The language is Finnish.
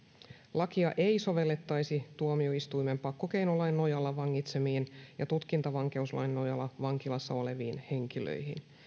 lakia ei sovellettaisi tuomioistuimen pakkokeinolain nojalla vangitsemiin ja tutkintavankeuslain nojalla vankilassa oleviin henkilöihin